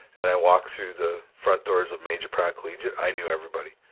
and i walk through the front doors of major pratt collegiate, i knew everybody.